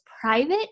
private